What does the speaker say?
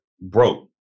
broke